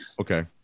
Okay